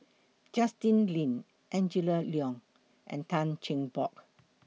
Justin Lean Angela Liong and Tan Cheng Bock